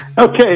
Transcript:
Okay